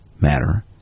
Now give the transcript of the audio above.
matter